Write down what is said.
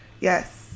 Yes